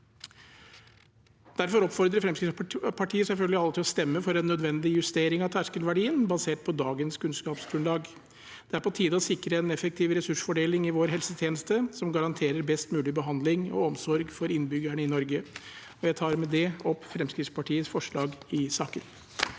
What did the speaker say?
Derfor oppfordrer Fremskrittspartiet selvfølgelig alle til å stemme for en nødvendig justering av terskelverdien, basert på dagens kunnskapsgrunnlag. Det er på tide å sikre en effektiv ressursfordeling i vår helsetjeneste som garanterer best mulig behandling og omsorg for innbyggerne i Norge. Jeg tar med det opp Fremskrittspartiets forslag i saken.